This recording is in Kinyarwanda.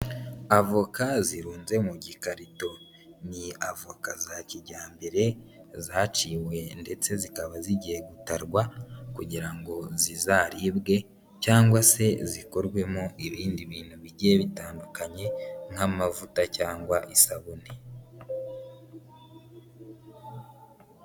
Avoka zirunze mu gikarito, ni avoka za kijyambere zaciweye ndetse zikaba zigiye gutarwa kugira ngo zizaribwe cyangwa se zikorwemo ibindi bintu bigiye bitandukanye nk'amavuta cyangwa isabune.